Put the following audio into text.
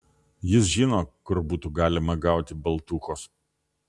jis žino kur būtų galima gauti baltūchos